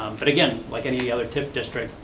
but again, like any other tif district,